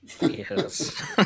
Yes